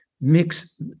mix